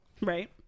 right